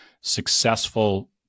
successful